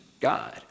God